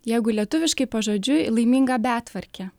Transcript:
jeigu lietuviškai pažodžiui laiminga betvarkė